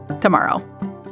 tomorrow